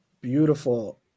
Beautiful